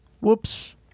whoops